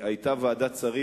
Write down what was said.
היתה ועדת שרים,